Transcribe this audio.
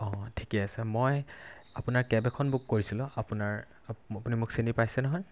অঁ ঠিকে আছে মই আপোনাৰ কেব এখন বুক কৰিছিলোঁ আপোনাৰ আপুনি মোক চিনি পাইছে নহয়